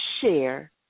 share